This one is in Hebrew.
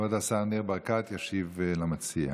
כבוד השר ניר ברקת ישיב למציע.